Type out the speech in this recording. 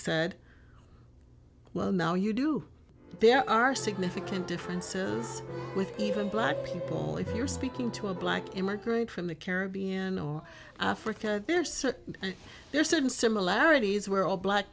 said well now you do there are significant differences with even black people if you're speaking to a black immigrant from the caribbean or africa there are certain similarities where all black